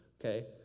okay